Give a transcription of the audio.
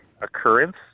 occurrence